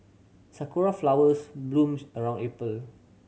sakura flowers bloom around April